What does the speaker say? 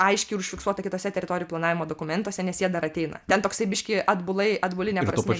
aiškiai užfiksuota kituose teritorijų planavimo dokumentuose nes jie dar ateina ten toksai biškį atbulai atbuline prasmėj